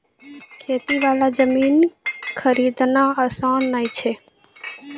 खेती वाला जमीन खरीदना आसान नय छै